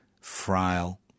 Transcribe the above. frail